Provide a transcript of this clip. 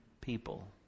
people